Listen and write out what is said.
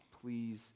Please